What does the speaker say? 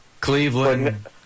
Cleveland